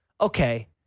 okay